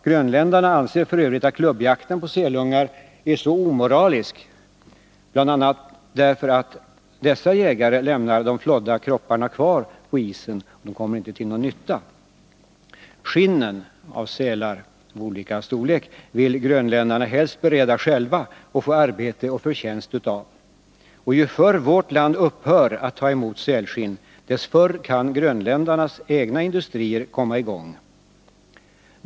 Grönländarna anser f. ö. klubbjakten på sälungar vara omoralisk bl.a. därför att dessa jägare lämnar de flådda kropparna kvar på isen, varför de inte kommer till någon nytta. Skinnen av sälar av olika storlek vill grönländarna helst bereda själva och få arbete och förtjänst av. Ju förr vårt land upphör att ta emot sälskinn, desto tidigare kan grönländarnas egna industrier komma i gång.